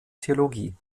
theologie